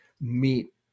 meet